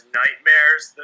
nightmares